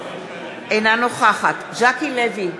בעד ז'קי לוי,